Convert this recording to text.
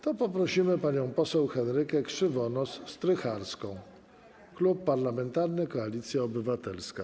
To poprosimy panią poseł Henrykę Krzywonos-Strycharską, Klub Parlamentarny Koalicja Obywatelska.